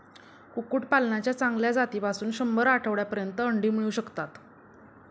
कुक्कुटपालनाच्या चांगल्या जातीपासून शंभर आठवड्यांपर्यंत अंडी मिळू शकतात